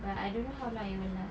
but I don't know how long it will last